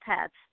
pets